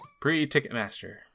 Pre-Ticketmaster